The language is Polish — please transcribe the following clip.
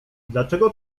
dlaczego